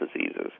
diseases